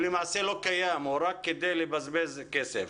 למעשה הוא לא קיים אלא הוא רק כדי לבזבז כסף.